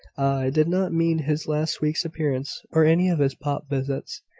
did not mean his last week's appearance, or any of his pop visits.